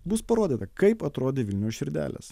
bus parodyta kaip atrodė vilniaus širdelės